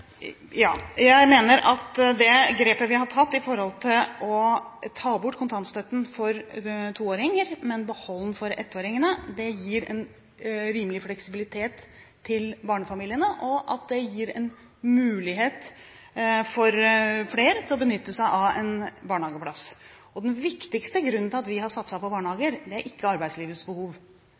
for ettåringene, gir en rimelig fleksibilitet til barnefamiliene, og det gir en mulighet for flere til å benytte seg av en barnehageplass. Den viktigste grunnen til at vi har satset på barnehager, er ikke arbeidslivets behov.